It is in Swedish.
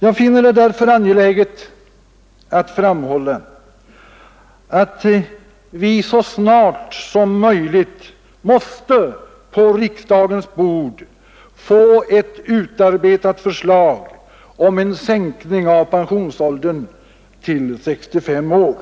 Jag finner det därför angeläget att nu understryka att vi så snart som möjligt måste på riksdagens bord få ett utarbetat förslag om en sänkning av pensionsåldern till 65 år.